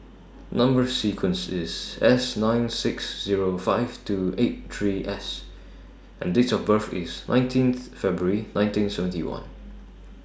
Number sequence IS S nine six Zero five two eight three S and Date of birth IS nineteenth February nineteen seventy one